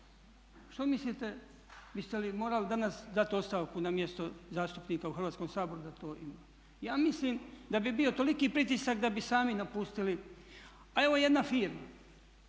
Što mislite biste li morali danas dati ostavku na mjesto zastupnika u Hrvatskom saboru? Ja mislim da bi bio toliki pritisak da bi sami napustili. A evo jedna firma